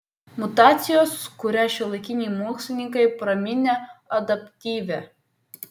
mutacijos kurią šiuolaikiniai mokslininkai praminė adaptyvia